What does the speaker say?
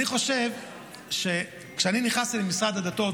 אני חושב שכשאני נכנסתי למשרד הדתות,